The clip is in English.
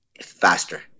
Faster